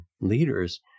leaders